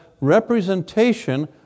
representation